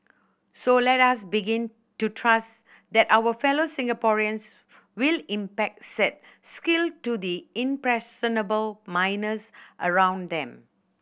so let us begin to trust that our fellow Singaporeans will impact said skill to the impressionable minors around them